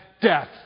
Death